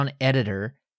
editor